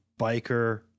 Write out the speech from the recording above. biker